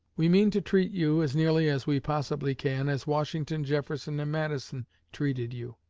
we mean to treat you, as nearly as we possibly can, as washington, jefferson, and madison treated you.